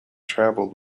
travelled